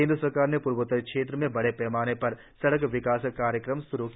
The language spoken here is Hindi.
केन्द्र सरकार ने पूर्वोत्तर क्षेत्र में बडे पैमाने पर सडक विकास कार्यक्रम श्रू किया है